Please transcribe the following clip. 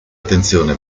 attenzione